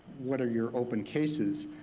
what are your open cases?